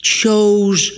chose